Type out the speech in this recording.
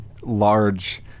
large